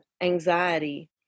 anxiety